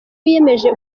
wiyemeje